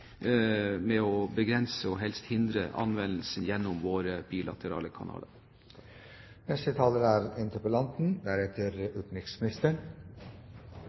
med å begrense – og helst hindre – anvendelse gjennom våre bilaterale kanaler. Takk for debatten. Det er